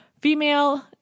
female